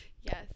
yes